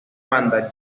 banda